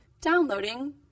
Downloading